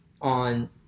on